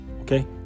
Okay